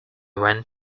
went